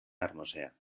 hermosea